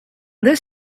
this